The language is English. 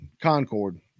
Concord